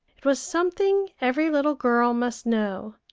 it was something every little girl must know,